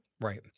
Right